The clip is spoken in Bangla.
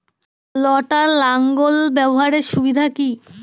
লটার লাঙ্গল ব্যবহারের সুবিধা কি?